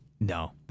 No